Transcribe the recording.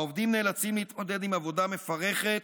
העובדים נאלצים להתמודד עם עבודה מפרכת,